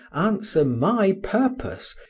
answer my purpose,